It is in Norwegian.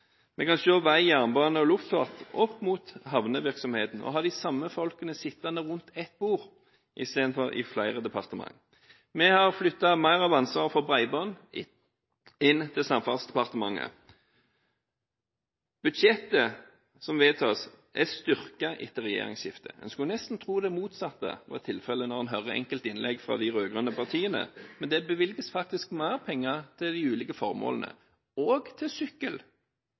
Vi kan se vei, jernbane og luftfart opp mot havnevirksomheten og ha de samme folkene sittende rundt ett bord istedenfor i flere departementer. Vi har flyttet mer av ansvaret for bredbånd inn til Samferdselsdepartementet. Budsjettet som vedtas, er styrket etter regjeringsskiftet. En skulle nesten tro det motsatte var tilfellet når en hører enkelte innlegg fra de rød-grønne partiene, men det bevilges faktisk mer penger til de ulike formålene – også til sykkel.